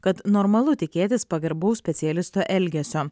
kad normalu tikėtis pagarbaus specialisto elgesio